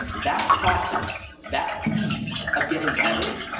that process, that pain of getting better,